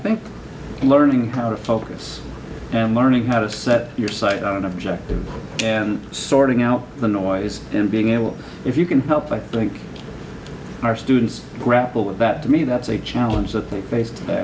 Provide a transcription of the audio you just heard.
think learning how to focus and learning how to set your sight on an objective and sorting out the noise and being able if you can help i think our students grapple with that to me that's a challenge that they face